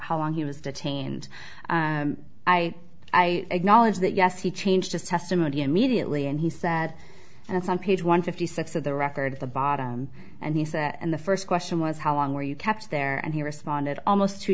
how long he was detained i i acknowledge that yes he changed his testimony immediately and he said and it's on page one fifty six of the record at the bottom and he said and the first question was how long were you kept there and he responded almost two